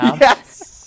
yes